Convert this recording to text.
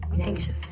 Anxious